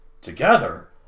Together